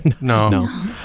no